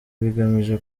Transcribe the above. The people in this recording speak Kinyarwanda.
bigamije